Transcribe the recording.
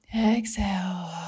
exhale